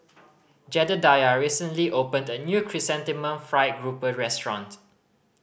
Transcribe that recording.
Jedediah recently opened a new Chrysanthemum Fried Grouper restaurant